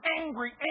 angry